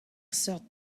seurt